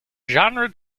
genre